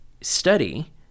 study